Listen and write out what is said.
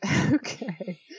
okay